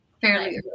Fairly